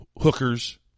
hookers